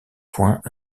points